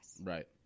Right